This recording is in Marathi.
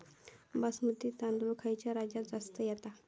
बासमती तांदूळ खयच्या राज्यात जास्त येता?